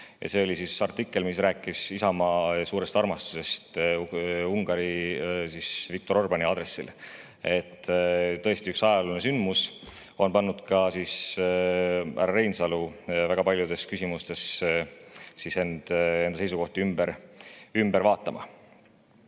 see oli see artikkel, mis rääkis Isamaa suurest armastusest Ungari Viktor Orbáni vastu. Tõesti, üks ajalooline sündmus on pannud ka härra Reinsalu väga paljudes küsimustes enda seisukohti ümber vaatama.